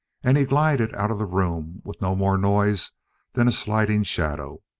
and he glided out of the room with no more noise than a sliding shadow.